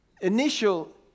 initial